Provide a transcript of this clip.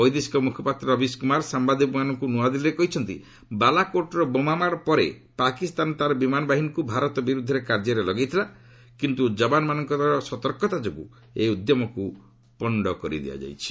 ବୈଦେଶିକ ମୁଖପାତ୍ର ରବୀଶ କୁମାର ସାମ୍ବାଦିକମାନଙ୍କୁ ନୂଆଦିଲ୍ଲୀରେ କହିଛନ୍ତି ବାଲାକୋଟ୍ର ବୋମାମାଡ଼ ପରେ ପାକିସ୍ତାନ ତା'ର ବିମାନ ବାହିନୀକୁ ଭାରତ ବିରୁଦ୍ଧରେ କାର୍ଯ୍ୟରେ ଲଗାଇଥିଲା କିନ୍ତୁ ଯବାନମାନଙ୍କ ସତର୍କତା ଯୋଗୁଁ ଏହି ଉଦ୍ୟମକୁ ପଣ୍ଡ କରିଦିଆଯାଇଛି